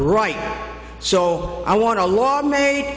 right so i want a law made